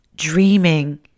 Dreaming